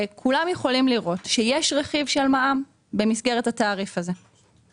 כולם יכולים לראות שיש רכיב של מע"מ במסגרת התעריף הזה.